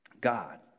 God